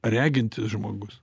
regintis žmogus